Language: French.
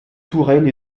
touraine